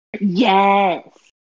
Yes